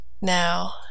Now